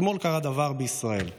אתמול קרה דבר בישראל,